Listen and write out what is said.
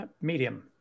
Medium